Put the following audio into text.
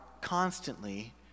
constantly